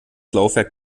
laufwerk